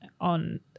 on